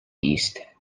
east